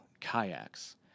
kayaks